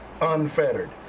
unfettered